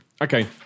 Okay